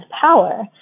power